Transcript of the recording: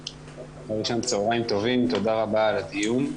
צהריים טובים, תודה רבה על הדיון.